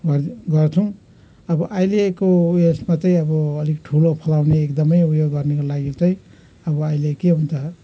गर गर्छौँ अब अहिलेको उयसमा चाहिँ अब अलिक ठुलो फलाउने एकदमै उयो गर्नेको लागि अब अहिले के हुन्छ